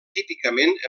típicament